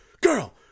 girl